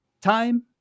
Time